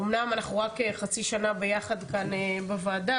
אמנם אנחנו רק חצי שנה ביחד כאן בוועדה,